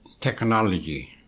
technology